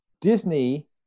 Disney